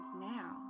now